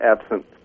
absent